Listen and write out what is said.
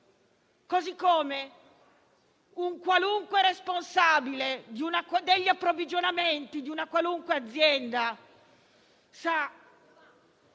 Così come un qualunque responsabile degli approvvigionamenti di una qualunque azienda sa